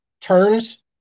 turns